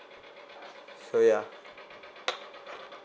so ya